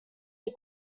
les